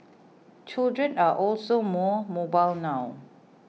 children are also more mobile now